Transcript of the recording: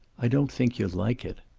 i don't think you'll like it.